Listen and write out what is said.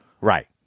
Right